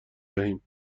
دهیم